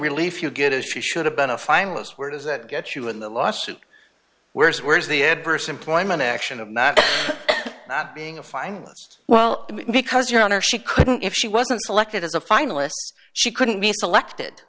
relief you get as she should have been a finalist where does that get you in the lawsuit where is where is the adverse employment action of not being a finalist well because your honor she couldn't if she wasn't selected as a finalist she couldn't be selected